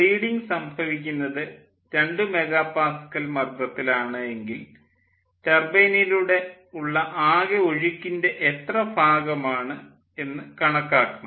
bleeding സംഭവിക്കുന്നത് രണ്ടു megapascal മർദ്ദത്തിൽ ആണ് എങ്കിൽ ടർബൈനിലൂടെ ഉള്ള ആകെ ഒഴുക്കിൻ്റെ എത്ര ഭാഗമാണ് എന്ന് കണക്കാക്കണം